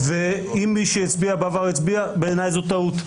אם מישהו הצביע כך בעבר בעיניי זו טעות.